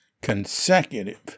consecutive